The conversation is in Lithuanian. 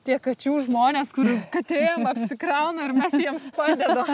tie kačių žmonės kur katėm apsikrauna ir mes jiems padedam